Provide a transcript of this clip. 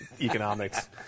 economics